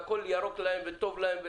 והכול ירוק להם וטוב להם.